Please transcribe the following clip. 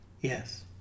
Yes